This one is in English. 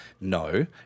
No